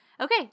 Okay